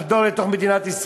לחדור למדינה.